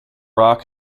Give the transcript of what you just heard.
rock